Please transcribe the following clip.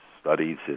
Studies